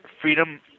freedom